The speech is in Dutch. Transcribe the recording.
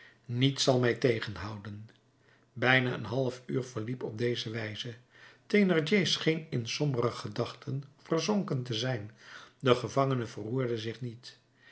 niets zal mij tegenhouden bijna een half uur verliep op deze wijze thénardier scheen in sombere gedachten verzonken te zijn de gevangene verroerde zich niet